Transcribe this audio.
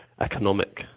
economic